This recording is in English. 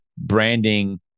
branding